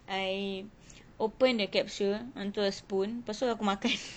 I open the capsule onto a spoon lepastu aku makan